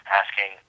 asking